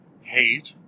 hate